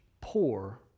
poor